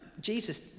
Jesus